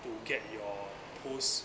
to get your post